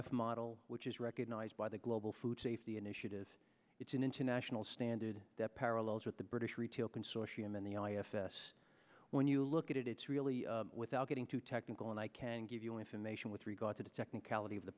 l model which is recognized by the global food safety initiative it's an international standard that parallels with the british retail consortium in the i f s when you look at it it's really without getting too technical and i can give you information with regard to technicality of the